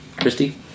Christy